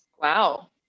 Wow